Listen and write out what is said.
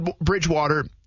Bridgewater